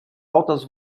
altas